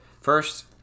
first